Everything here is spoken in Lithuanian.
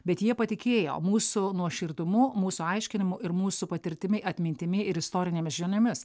bet jie patikėjo mūsų nuoširdumu mūsų aiškinimu ir mūsų patirtimi atmintimi ir istorinėmis žiniomis